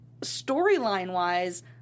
storyline-wise